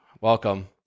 welcome